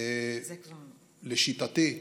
לשיטתי,